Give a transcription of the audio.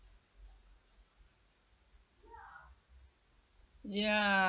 ya